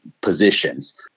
positions